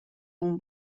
اون